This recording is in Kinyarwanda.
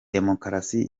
demokarasi